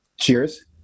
Cheers